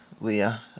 Leah